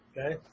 Okay